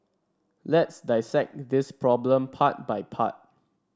let's dissect this problem part by part